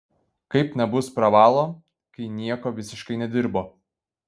kaip nebus pravalo kai nieko visiškai nedirbo